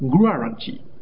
guarantee